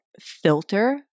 filter